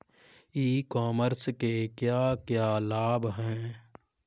ई commerce के क्या क्या लाभ हैं?